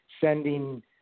sending